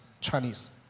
Chinese